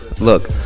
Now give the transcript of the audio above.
look